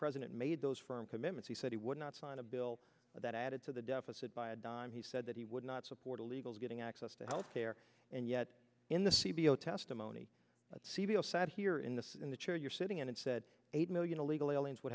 president made those firm commitments he said he would not sign a bill that added to the deficit by a dime he said that he would not support illegals getting access to health care and yet in the c b l testimony that c b l sat here in the in the chair you're sitting in it said eight million illegal aliens would